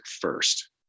first